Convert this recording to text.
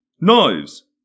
Knives